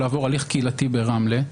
משפט קהילתיים,